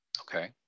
Okay